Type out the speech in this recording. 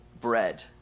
bread